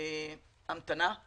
המתנה;